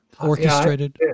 orchestrated